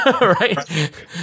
Right